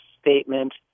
statement